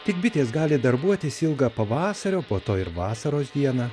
tik bitės gali darbuotis ilgą pavasario o po to ir vasaros dieną